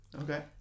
Okay